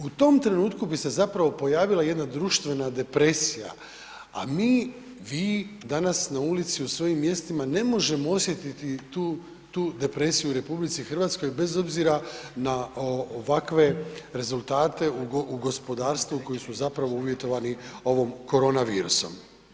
U tom trenutku bi se zapravo pojavila jedna društvena depresija, a mi, vi danas na ulici u svojim mjestima ne možemo osjetiti tu depresiju u RH bez obzira na ovakve rezultate u gospodarstvu koji su zapravo uvjetovani ovom korona virusom.